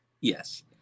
yes